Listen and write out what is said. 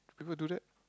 people do that